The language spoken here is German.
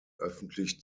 öffentlich